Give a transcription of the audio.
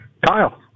Kyle